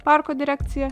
parko direkcija